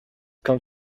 come